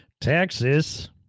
Texas